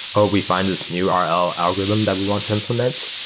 oh. we find this new um rl algorithm that we want to implement,